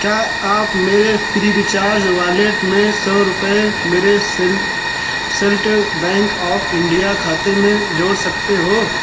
क्या आप मेरे फ्रीरिचार्ज वॉलेट में सौ रुपये मेरे सेल सेल्टर बैंक ऑफ़ इंडिया खाते से जोड़ सकते हो